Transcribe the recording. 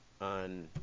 on